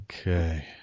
Okay